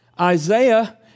Isaiah